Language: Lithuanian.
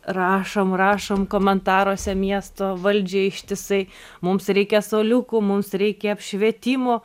rašom rašom komentaruose miesto valdžiai ištisai mums reikia suoliukų mums reikia apšvietimo